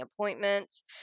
appointments